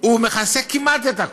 הוא מכסה כמעט את הכול.